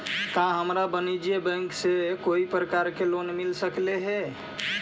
का हमरा वाणिज्य बैंक से कोई भी प्रकार के ऋण मिल सकलई हे?